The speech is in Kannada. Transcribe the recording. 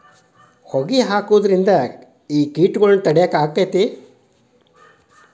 ಹೊಗಿ ಹಾಕುದ್ರಿಂದ ಕೇಟಗೊಳ್ನ ತಡಿಯಾಕ ಆಕ್ಕೆತಿ?